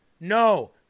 No